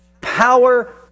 power